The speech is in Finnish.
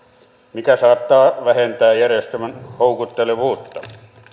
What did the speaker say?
mikä saattaa vähentää järjestelmän houkuttelevuutta